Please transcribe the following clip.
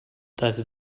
das